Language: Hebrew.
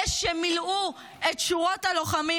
אלה שמילאו את שורות הלוחמים,